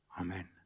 Amen